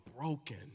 broken